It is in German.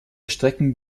strecken